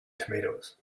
tomatoes